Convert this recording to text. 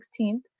16th